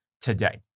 today